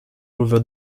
over